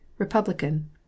Republican